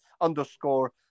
underscore